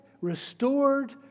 restored